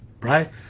right